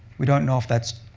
we don't know if that's